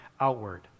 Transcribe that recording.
outward